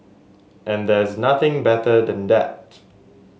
and there's nothing better than that